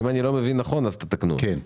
אם אני לא מבין נכון אז תתקנו אותי.